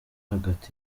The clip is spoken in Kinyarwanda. hagati